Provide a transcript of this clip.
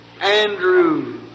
Andrew